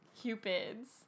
cupids